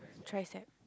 tricep